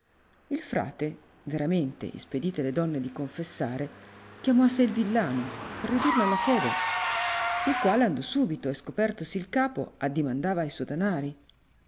il frate veramente ispedite le donno di confessare chiamò a sé il villano per ridurlo alla fede il quale andò subito e scopertosi il capo addimandava e suoi danari